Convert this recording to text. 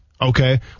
okay